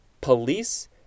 police